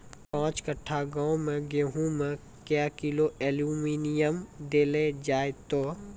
पाँच कट्ठा गांव मे गेहूँ मे क्या किलो एल्मुनियम देले जाय तो?